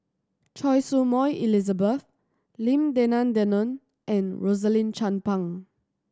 Choy Su Moi Elizabeth Lim Denan Denon and Rosaline Chan Pang